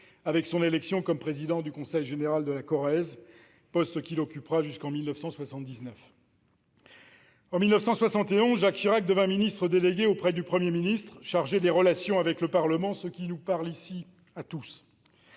avec son élection comme président du conseil général de la Corrèze, poste qu'il occupera jusqu'en 1979. En 1971, Jacques Chirac devint ministre délégué auprès du Premier ministre chargé des relations avec le Parlement, ce qui nous parle à tous,